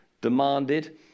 demanded